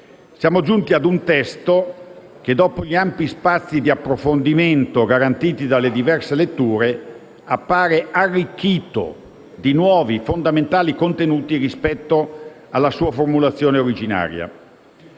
siamo giunti a un testo che, dopo gli ampi spazi di approfondimento garantiti dalle diverse letture, appare arricchito di nuovi fondamentali contenuti rispetto alla sua formulazione originaria.